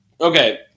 okay